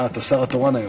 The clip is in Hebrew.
אה, אתה השר התורן היום?